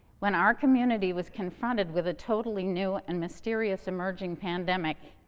when our community was confronted with a totally new and mysterious emerging pandemic.